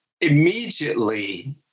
immediately